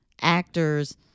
actors